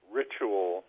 ritual